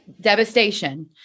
devastation